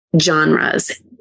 genres